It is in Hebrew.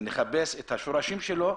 לדעתי אם נחפש את השורשים של הסכסוך,